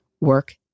Work